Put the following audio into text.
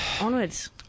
onwards